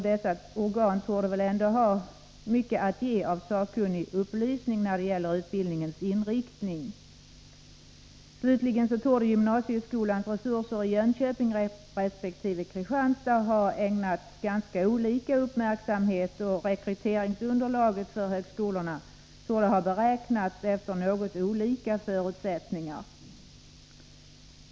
Dessa organ torde ändå kunna ge sakkunnig upplysning när det gäller utbildningens inriktning. Slutligen torde gymnasieskolans resurser i Jönköping resp. Kristianstad ha ägnats ganska olika uppmärksamhet. Och rekryteringsunderlaget för högskolorna torde ha beräknats efter något olika förutsättningar.